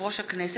הכנסת,